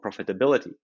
profitability